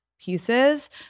pieces